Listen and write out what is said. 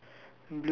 blue